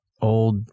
old